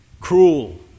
cruel